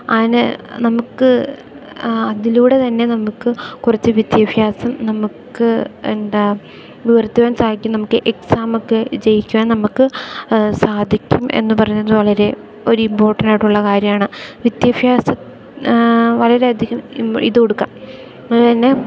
അതിന് നമുക്ക് അതിലൂടെ തന്നെ നമുക്ക് കുറച്ച് വിദ്യാഭ്യാസം നമുക്ക് എന്താ ഉയർത്തുവാൻ സാധിക്കും നമുക്ക് എക്സാമൊക്കെ ജയിക്കുവാൻ നമുക്ക് സാധിക്കും എന്നു പറയുന്നത് വളരെ ഒരു ഇമ്പോർട്ടൻ്റായിട്ടുള്ള കാര്യമാണ് വിദ്യാഭ്യാസം വളരെ അധികം ഇതു കൊടുക്കാം അതുതന്നെ